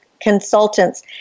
consultants